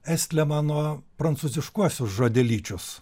estlemano prancūziškuosius žodelyčius